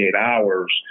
hours